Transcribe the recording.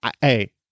hey